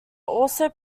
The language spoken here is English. also